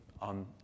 on